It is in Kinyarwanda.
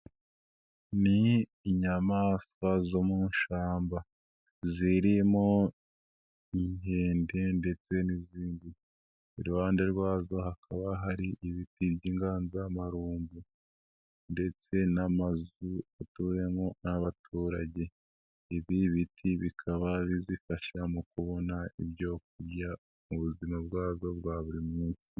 Ni inyamaswa zo mushamba zirimo inkende ndetse n'izindi, iruhande rwazo hakaba hari ibiti by'ingandamarumbu ndetse n'amazu atuwemo n'abaturage, ibi biti bikaba bizifasha mu kubona ibyo kurya mu buzima bwazo bwa buri munsi.